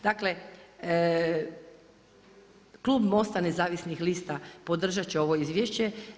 Dakle klub Most-a nezavisnih lista podržat će ovo izvješće.